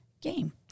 game